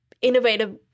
innovative